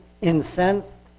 incensed